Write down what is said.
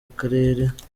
karere